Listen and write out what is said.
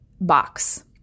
box